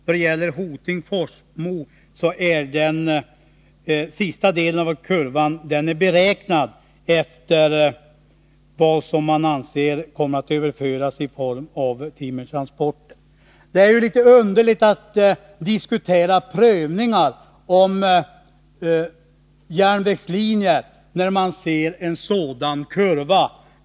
Då det gäller bandelen Hoting-Forsmo är den sista delen av kurvan på bilden uppgjord efter vad man anser kommer att överföras i form av timmertransporter. Det känns litet underligt att diskutera frågor om prövningar av järnvägslinjer, när man ser en sådan kurva.